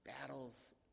battles